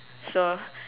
sure